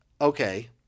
Okay